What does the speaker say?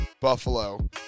Buffalo